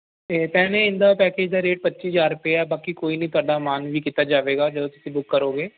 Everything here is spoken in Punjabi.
ਅਤੇ ਭੈਣੇ ਇਹਦਾ ਪੈਕੇਜ ਦਾ ਰੇਟ ਪੱਚੀ ਹਜ਼ਾਰ ਰੁਪਇਆ ਬਾਕੀ ਕੋਈ ਨਹੀਂ ਤੁਹਾਡਾ ਮਾਨ ਵੀ ਕੀਤਾ ਜਾਵੇਗਾ ਜਦੋਂ ਤੁਸੀਂ ਬੁੱਕ ਕਰੋਗੇ